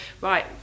right